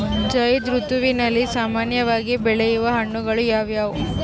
ಝೈಧ್ ಋತುವಿನಲ್ಲಿ ಸಾಮಾನ್ಯವಾಗಿ ಬೆಳೆಯುವ ಹಣ್ಣುಗಳು ಯಾವುವು?